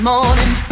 morning